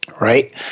Right